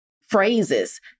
phrases